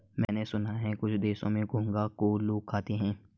मैंने सुना है कुछ देशों में घोंघा को लोग खाते हैं